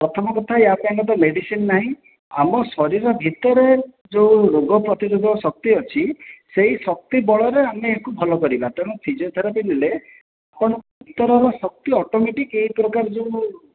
ପ୍ରଥମ କଥା ୟା ପାଇଁ ମଧ୍ୟ ମେଡ଼ିସିନ ନାହିଁ ଆମ ଶରୀର ଭିତରେ ଯେଉଁ ରୋଗ ପ୍ରତିରୋଧକ ଶକ୍ତି ଅଛି ସେଇ ଶକ୍ତି ବଳରେ ଆମେ ୟାକୁ ଭଲ କରିବା ତେଣୁ ଫିଜିଓଥେରାପି ନେଲେ ଆପଣଙ୍କ ଭିତର ର ଶକ୍ତି ଅଟୋମେଟିକ ଏଇ ପ୍ରକାର ଯେଉଁ